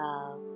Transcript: Love